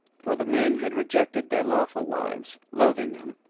for the men had rejected their lawful wives, loathing them,